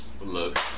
Look